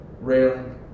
railing